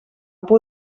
por